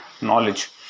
knowledge